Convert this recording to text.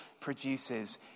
produces